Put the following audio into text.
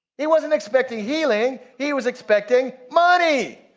he wasn't expecting healing. he was expecting money.